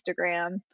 Instagram